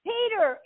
Peter